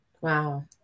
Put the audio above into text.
Wow